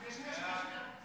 שנייה.